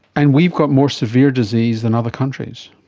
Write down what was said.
and we've got more severe disease than other countries.